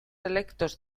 electos